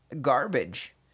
garbage